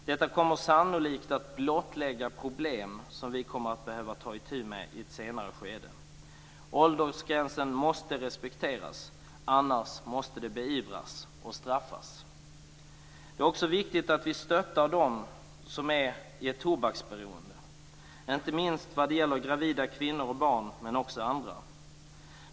Detta kommer sannolikt att blottlägga problem som vi kommer att behöva ta itu med i ett senare skede. Åldersgränsen måste respekteras - annars måste beteendet beivras och straffas. Det är också viktigt att vi stöttar dem som är i ett tobaksberoende, inte minst vad det gäller gravida kvinnor samt barn, men också andra.